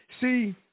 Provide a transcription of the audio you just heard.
See